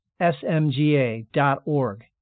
smga.org